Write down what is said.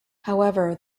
however